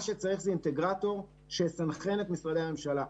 מה שצריך זה אינטגרטור שיסנכרן את משרדי הממשלה.